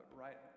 right